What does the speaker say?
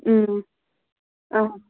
آ